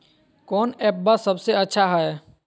कौन एप्पबा सबसे अच्छा हय?